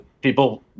people